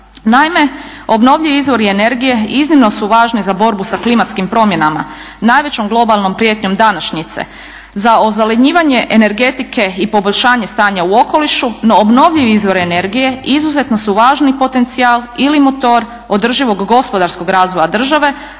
Naime, obnovljivi izvori energije iznimno su važni za borbu sa klimatskim promjenama, najvećom globalnom prijetnjom današnje za ozelenjivanje energetike i poboljšanje stanja u okolišu, no obnovljivi izvori energije izuzetno su važni potencijal ili motor održivog gospodarskog razvoja države,